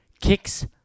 Kicks